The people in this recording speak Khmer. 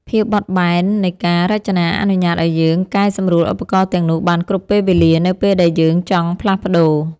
ភាពបត់បែននៃការរចនាអនុញ្ញាតឱ្យយើងកែសម្រួលឧបករណ៍ទាំងនោះបានគ្រប់ពេលវេលានៅពេលដែលយើងចង់ផ្លាស់ប្តូរ។